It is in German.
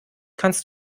kannst